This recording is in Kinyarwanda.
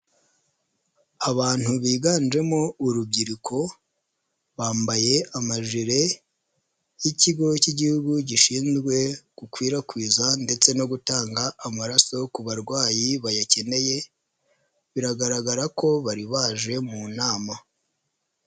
Abantu biganjemo urubyiruko bambaye amajire y'ikigo k'igihugu gishinzwe gukwirakwiza ndetse no gutanga amaraso ku barwayi bayakeneye. Biragaragara ko bari baje mu nama.